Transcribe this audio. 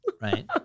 right